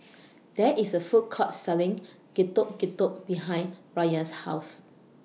There IS A Food Court Selling Getuk Getuk behind Rayan's House